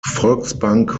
volksbank